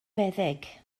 feddyg